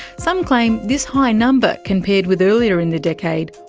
some claim this high number, compared with earlier in the decade,